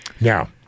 Now